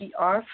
PR